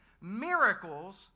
Miracles